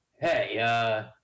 Hey